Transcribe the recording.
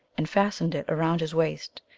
and fastened it around his waist.